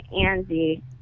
Andy